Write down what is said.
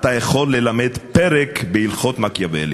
אתה יכול ללמד פרק בהלכות מקיאוולי.